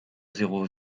zéro